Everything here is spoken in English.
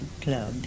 club